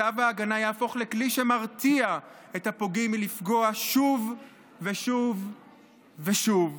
צו ההגנה יהפוך לכלי שמרתיע את הפוגעים מלפגוע שוב ושוב ושוב,